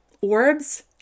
Orbs